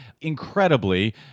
incredibly